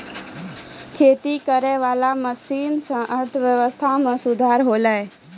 खेती करै वाला मशीन से अर्थव्यबस्था मे सुधार होलै